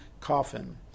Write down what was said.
coffin